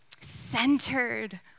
centered